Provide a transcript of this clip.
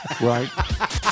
Right